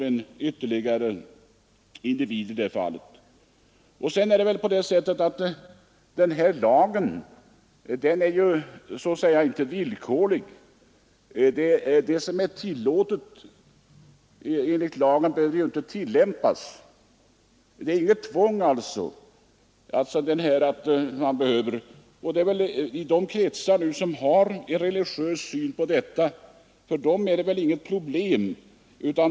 Den här lagen är ju inte tvingande. Det som är tillåtet enligt lagen måste ju inte göras. Det är alltså inget tvång. För de kretsar som har en religiös syn på dessa ting är det väl inget problem.